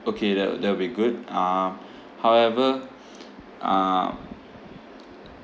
okay that'll that'll be good uh however uh